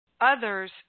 Others